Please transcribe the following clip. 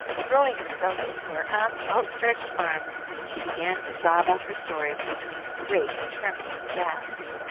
throwing herself into her aunt's outstretched arms, she began to sob out her story between great, trembling gasps.